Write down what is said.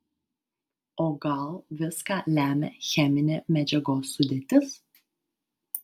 o gal viską lemia cheminė medžiagos sudėtis